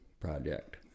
project